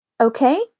Okay